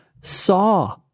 saw